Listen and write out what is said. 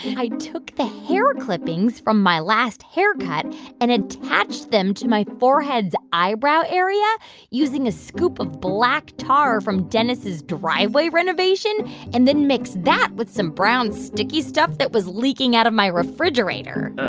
i took the hair clippings from my last haircut and attached them to my forehead's eyebrow area using a scoop of black tar from dennis's driveway renovation and then mixed that with some brown, sticky stuff that was leaking out of my refrigerator.